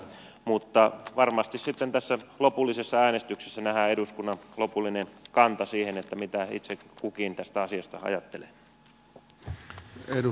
mutta varmasti sitten tässä lopullisessa äänestyksessä nähdään eduskunnan lopullinen kanta siihen mitä itse kukin tästä asiasta ajattelee